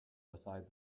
beside